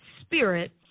spirit